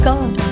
God